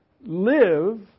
Live